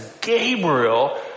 Gabriel